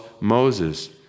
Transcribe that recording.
Moses